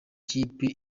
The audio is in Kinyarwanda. kipe